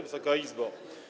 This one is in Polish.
Wysoka Izbo!